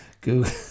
Google